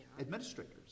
administrators